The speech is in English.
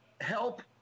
help